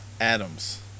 Adams